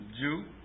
Jew